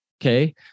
Okay